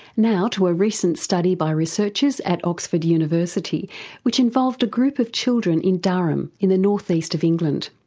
now to a recent study by researchers at oxford university which involved a group of children in durham in the northeast of england.